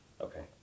okay